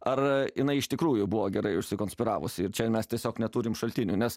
ar jinai iš tikrųjų buvo gerai užsikonspiravusi ir čia mes tiesiog neturim šaltinių nes